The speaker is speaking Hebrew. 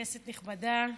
כנסה נכבדה,